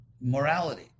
morality